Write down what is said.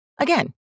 Again